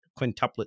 quintuplet